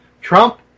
Trump